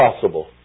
possible